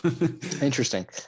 Interesting